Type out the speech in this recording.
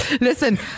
Listen